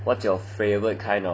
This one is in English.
what's your favourite kind of music